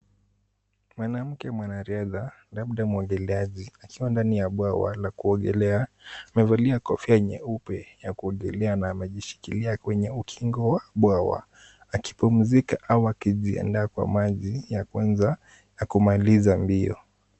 Mwanamke mwanariadha labda mwogeleaji, akiwa ndani ya bwawa la kuogelea. Amevalia kofia nyeupe ya kuogelea na amejishikilia kwenye ukingo wa bwawa akipumzika au akijiandaa kwa maji ya kwanza ya kumaliza mbio.